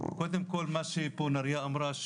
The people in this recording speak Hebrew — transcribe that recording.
קודם כל לגבי מה שנריה אמרה פה,